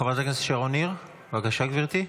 חברת הכנסת שרון ניר, בבקשה, גבירתי.